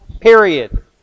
period